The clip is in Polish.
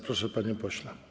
Proszę, panie pośle.